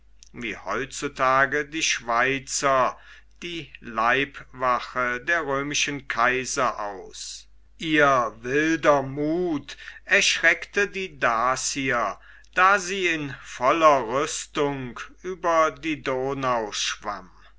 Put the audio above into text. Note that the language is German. wie heutzutage die schweizer die leibwache der römischen kaiser aus ihr wilder muth erschreckte die dacier da sie in voller rüstung über die donau schwamm